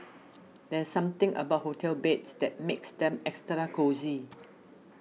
there's something about hotel beds that makes them extra cosy